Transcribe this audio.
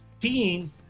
team